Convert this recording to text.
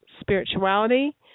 spirituality